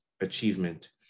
achievement